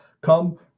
come